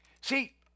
See